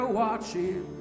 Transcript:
watching